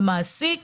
הוא מעסיק